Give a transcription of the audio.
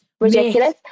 Ridiculous